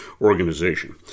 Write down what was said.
organization